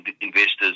investors